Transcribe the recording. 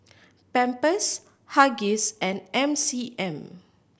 Pampers Huggies and M C M